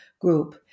group